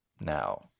Now